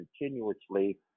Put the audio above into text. continuously